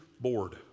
board